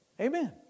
Amen